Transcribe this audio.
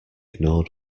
ignored